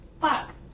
Fuck